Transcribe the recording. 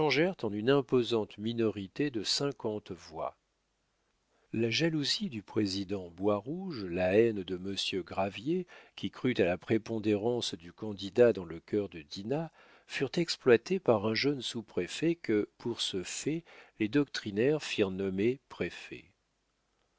en une imposante minorité de cinquante voix la jalousie du président boirouge la haine de monsieur gravier qui crut à la prépondérance du candidat dans le cœur de dinah furent exploitées par un jeune sous-préfet que pour ce fait les doctrinaires firent nommer préfet